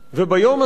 וביום הזה,